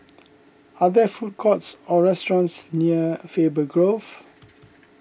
are there food courts or restaurants near Faber Grove